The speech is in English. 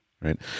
Right